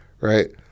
right